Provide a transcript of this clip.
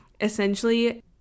essentially